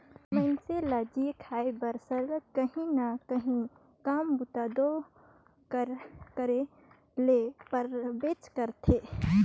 मइनसे ल जीए खाए बर सरलग काहीं ना काहीं काम बूता दो करे ले परबेच करथे